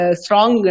strong